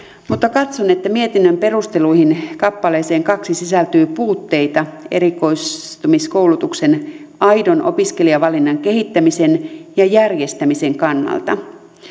mutta katson että mietinnön perusteluihin kappaleeseen kaksi sisältyy puutteita erikoistumiskoulutuksen aidon opiskelijavalinnan kehittämisen ja järjestämisen kannalta